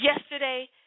Yesterday